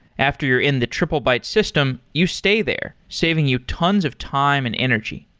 after you're in the triplebyte system, you stay there, saving you tons of time and energy.